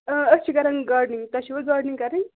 اۭں أسۍ چھِ کَران گاڈنِنٛگ تۄہہ چھُو حظ گاڈنِنٛگ کَرٕنۍ